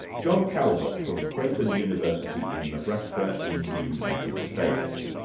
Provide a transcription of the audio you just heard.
john calvert from crayton university in nebraska in the united states.